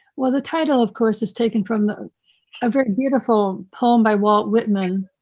well, the title of course is taken from a very beautiful poem by walt whitman.